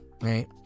right